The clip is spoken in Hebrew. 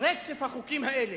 רצף החוקים האלה.